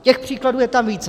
Těch příkladů je tam víc.